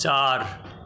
চার